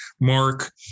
mark